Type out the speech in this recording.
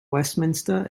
westminster